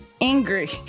Angry